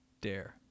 Dare